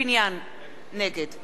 נגד יוסי פלד,